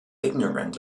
ignorant